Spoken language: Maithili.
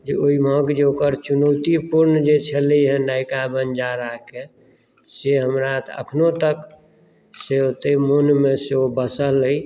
जे ओहिमेकेँ अगर चुनौतीपुर्ण जे छलै हँ नयिका बनिजाराकेँ से हमरा अखनो तक से ओते मनमे से ओ बसल अहि